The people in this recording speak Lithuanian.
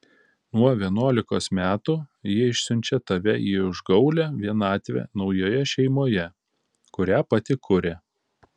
nuo vienuolikos metų ji išsiunčia tave į užgaulią vienatvę naujoje šeimoje kurią pati kuria